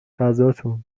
غذاتون